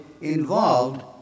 involved